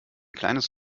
kleines